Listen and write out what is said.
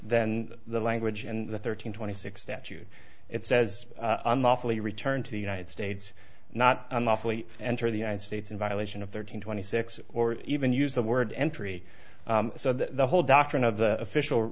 than the language in the thirteen twenty six statute it says unlawfully return to the united states not unlawfully enter the united states in violation of thirteen twenty six or even use the word entry so the whole doctrine of the official